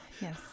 yes